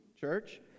church